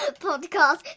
podcast